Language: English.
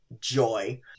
Joy